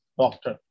doctor